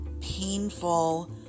painful